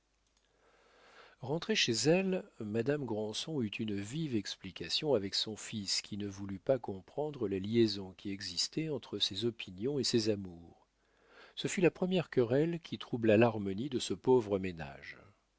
rentrée chez elle madame granson eut une vive explication avec son fils qui ne voulut pas comprendre la liaison qui existait entre ses opinions et ses amours ce fut la première querelle qui troubla l'harmonie de ce pauvre ménage